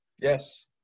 Yes